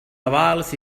avals